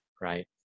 right